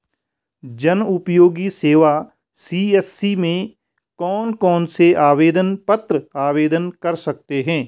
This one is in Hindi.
जनउपयोगी सेवा सी.एस.सी में कौन कौनसे आवेदन पत्र आवेदन कर सकते हैं?